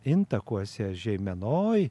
intakuose žeimenoj